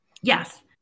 Yes